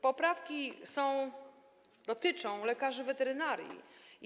Poprawki dotyczą lekarzy weterynarii.